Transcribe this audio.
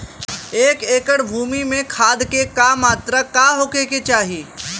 एक एकड़ भूमि में खाद के का मात्रा का होखे के चाही?